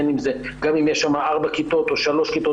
גם אם יש שם ארבע כיתות או שלוש כיתות,